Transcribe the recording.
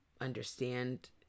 understand